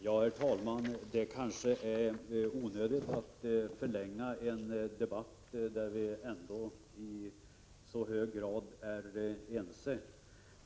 Herr talman! Det kanske är onödigt att förlänga debatten i en fråga där vi ändå i så hög grad är ense.